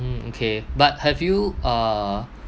mm okay but have you uh